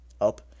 up